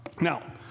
Now